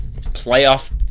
playoff